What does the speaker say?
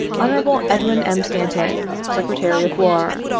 hon. edwin m. stanton, secretary of war.